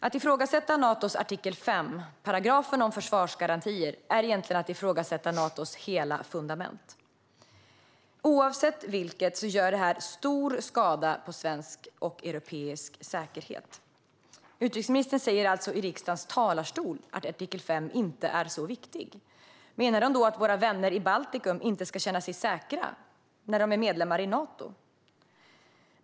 Att ifrågasätta Natos artikel 5, paragrafen om försvarsgarantier, är egentligen att ifrågasätta Natos hela fundament. Oavsett vilket gör det stor skada på svensk och europeisk säkerhet. Utrikesministern sa alltså i riksdagens talarstol att artikel 5 inte är så viktig. Menar hon då att våra vänner i Baltikum inte ska känna sig säkra när de är medlemmar i Nato?